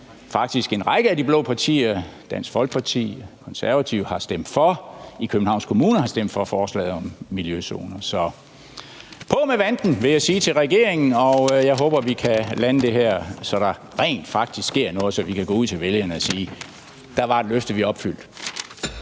at en række af de blå partier – Dansk Folkeparti og Konservative – i Københavns Kommune faktisk har stemt for forslaget om miljøzoner. Så på med vanten, vil jeg sige til regeringen, og jeg håber, at vi kan lande det her, så der rent faktisk sker noget, og så vi kan gå ud til vælgerne og sige: Der er et løfte, vi har opfyldt.